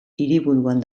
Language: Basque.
hiriburuan